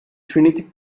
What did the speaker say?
trinity